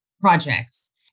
projects